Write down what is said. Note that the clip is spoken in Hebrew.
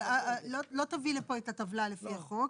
אבל לא תביא לפה את הטבלה לפי החוק,